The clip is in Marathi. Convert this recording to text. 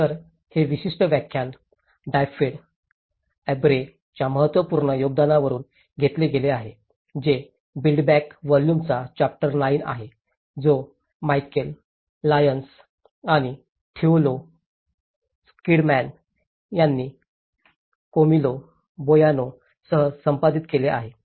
तर हे विशिष्ट व्याख्यान डायफड औब्रेच्या महत्त्वपूर्ण योगदानावरुन घेतले गेले आहे जे बिल्ड बॅक व्हॉल्यूमचा चॅप्टर 9 आहे जो मीकल लायन्स आणि थियोलो स्किल्डमॅन यांनी कॅमिलो बोआनो सह संपादित केले आहे